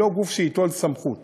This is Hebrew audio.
היא לא גוף שייטול סמכות,